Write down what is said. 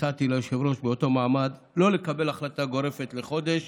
הצעתי ליושב-ראש באותו מעמד לא לקבל החלטה גורפת לחודש